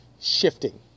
shifting